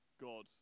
God